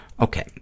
Okay